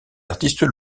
artistes